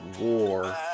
war